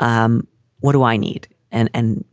um what do i need? and and